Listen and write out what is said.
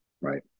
right